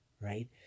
right